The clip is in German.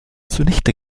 zunichte